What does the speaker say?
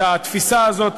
את התפיסה הזאת.